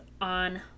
on